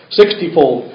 sixtyfold